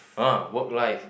uh work life